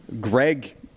Greg